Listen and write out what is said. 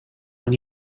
when